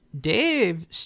Dave